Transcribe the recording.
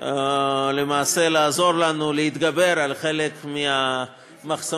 למעשה לעזור לנו להתגבר על חלק מהמחסומים